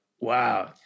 Wow